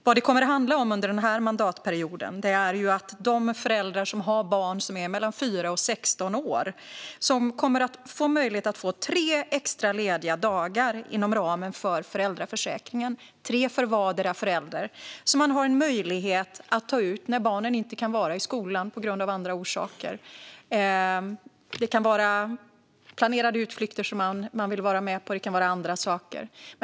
Vad det kommer att handla om är att de föräldrar som har barn som är mellan fyra och 16 år kommer att få möjlighet att få tre extra lediga dagar inom ramen för föräldraförsäkringen, tre för vardera föräldern, så att man har en möjlighet att ta ut ledighet när barnen inte kan vara i skolan av andra skäl. Det kan vara planerade utflykter som man vill vara med på. Det kan vara andra saker.